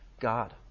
God